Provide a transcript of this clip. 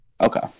Okay